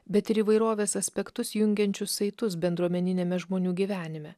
bet ir įvairovės aspektus jungiančius saitus bendruomeniniame žmonių gyvenime